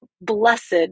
Blessed